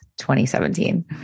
2017